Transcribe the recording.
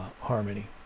harmony